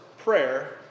prayer